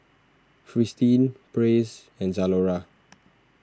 Fristine Praise and Zalora